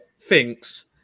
thinks